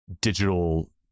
digital